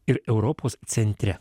ir europos centre